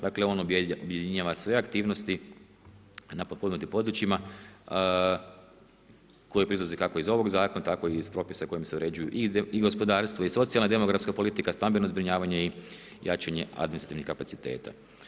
Dakle, on objedinjava sve aktivnosti na potpomognutim područjima koje proizlaze kako iz ovog Zakona, tako i iz propisa kojima se uređuju i gospodarstvo i socijalna i demografska politika, stambeno zbrinjavanje i jačanje administrativnih kapaciteta.